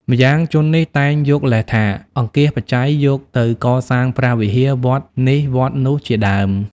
ម្យ៉ាងជននេះតែងយកលេសថា អង្គាសបច្ច័យយកទៅកសាងព្រះវិហារវត្តនេះវត្តនោះជាដើម ។